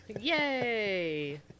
Yay